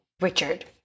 Richard